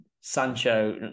Sancho